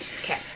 Okay